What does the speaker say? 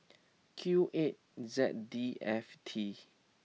Q eight Z D F T